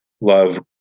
love